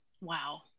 wow